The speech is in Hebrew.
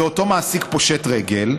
ואותו מעסיק פושט רגל,